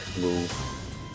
move